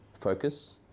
Focus